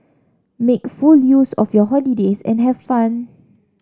make full use of your holidays and have fun